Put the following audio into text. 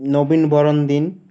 নবীন বরণ দিন